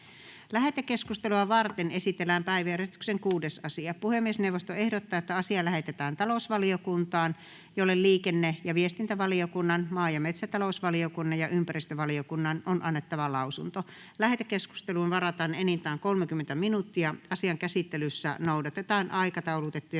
Lähetekeskustelua varten esitellään päiväjärjestyksen 5. asia. Puhemiesneuvosto ehdottaa, että asia lähetetään maa‑ ja metsätalousvaliokuntaan, jolle sosiaali‑ ja terveysvaliokunnan ja ympäristövaliokunnan on annettava lausunto. Lähetekeskusteluun varataan enintään 30 minuuttia. Asian käsittelyssä noudatetaan aikataulutettujen